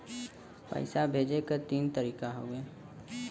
पइसा भेजे क तीन तरीका हउवे